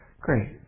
great